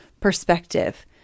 perspective